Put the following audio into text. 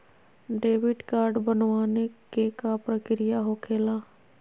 Debit card बनवाने के का प्रक्रिया होखेला?